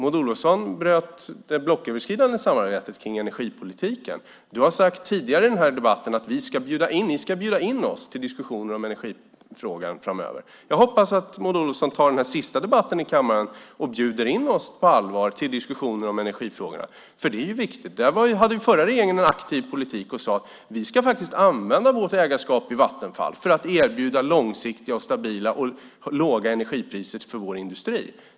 Maud Olofsson, du bröt det blocköverskridande samarbetet kring energipolitiken. Du har tidigare i debatten sagt att ni framöver ska bjuda in oss till diskussioner om energin. Jag hoppas att Maud Olofsson i den här sista debatten i kammaren på allvar bjuder in oss till diskussioner om energin. Det är viktigt. Där hade den förra regeringen en aktiv politik och sade: Vi ska använda vårt ägarskap i Vattenfall till att erbjuda långsiktiga, stabila och låga energipriser för vår industri.